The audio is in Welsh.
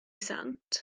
sant